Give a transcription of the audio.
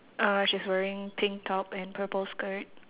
uh she's wearing pink top and purple skirt